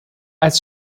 als